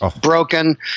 broken